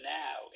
now